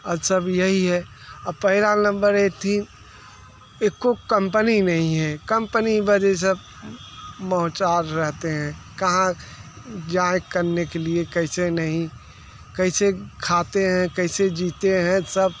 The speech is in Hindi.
अच्छा भी यही है पहला नंबर ये थी एक्को कंपनी नहीं है कंपनी बदे सब मोहचार रहते हैं कहाँ जाए करने के लिए कैसे नहीं कैसे खाते है कैसे जीते है सब